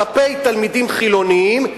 כלפי תלמידים חילונים,